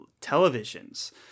televisions